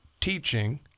teaching